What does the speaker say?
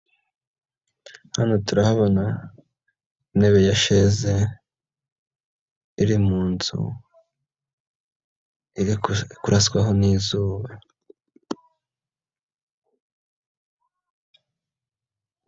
Hano turahabona, intebe ya sheze, iri muzu, iri kuraswaho n'izuba.